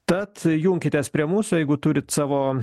tad junkitės prie mūsų jeigu turit savo